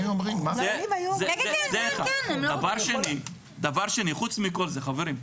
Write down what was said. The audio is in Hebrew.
דבר שני, חוץ מכל זה חברים.